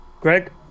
Greg